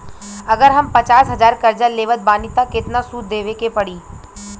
अगर हम पचास हज़ार कर्जा लेवत बानी त केतना सूद देवे के पड़ी?